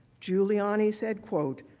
giuliani said, quote,